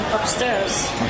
upstairs